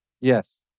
Yes